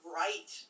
right